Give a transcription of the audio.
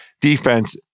defense